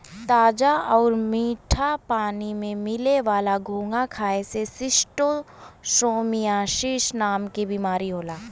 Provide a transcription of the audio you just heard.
ताजा आउर मीठा पानी में मिले वाला घोंघा खाए से शिस्टोसोमियासिस नाम के बीमारी होला